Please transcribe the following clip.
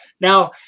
Now